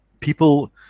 people